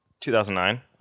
2009